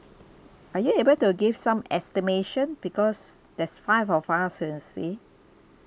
are you able to give some estimation because there's five of us you see